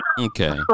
okay